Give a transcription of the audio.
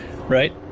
Right